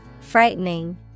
frightening